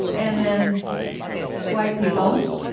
and then white people